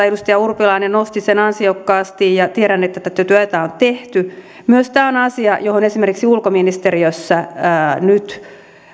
edustaja urpilainen nosti sen ansiokkaasti esiin ja tiedän että tätä työtä on tehty myös tämä on asia johon esimerkiksi ulkoministeriössä nyt